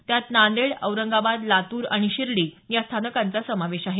त्यात नांदेड औरंगाबाद लातूर शिर्डी या स्थानकांचा समावेश आहे